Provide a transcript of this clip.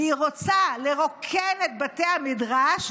והיא רוצה לרוקן את בתי המדרש.